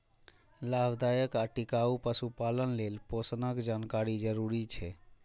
लाभदायक आ टिकाउ पशुपालन लेल पोषणक जानकारी जरूरी छै